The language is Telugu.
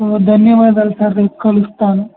ఓ ధన్యవాదాలు సార్ రేపు కలుస్తాను